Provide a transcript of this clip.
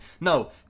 No